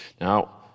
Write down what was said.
now